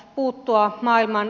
puuttua maailman